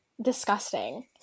disgusting